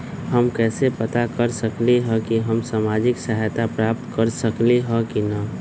हम कैसे पता कर सकली ह की हम सामाजिक सहायता प्राप्त कर सकली ह की न?